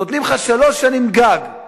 נותנים לך שלוש שנים גג.